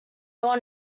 all